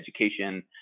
education